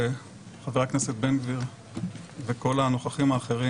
חבר הכנסת בן-גביר וכל הנוכחים האחרים,